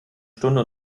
stunde